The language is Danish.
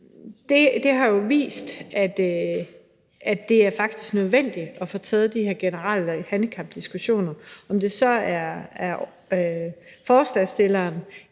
jo faktisk vist, at det er nødvendigt at få taget de her generelle handicapdiskussioner. Om det så er forslagsstillerne